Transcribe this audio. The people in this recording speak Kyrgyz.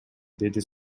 деди